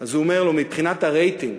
הוא אומר לו: מבחינת הרייטינג.